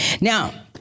Now